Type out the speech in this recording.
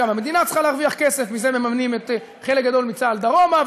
גם המדינה צריכה להרוויח כסף: מזה מממנים חלק גדול מצה"ל דרומה,